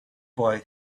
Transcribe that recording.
boy